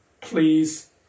Please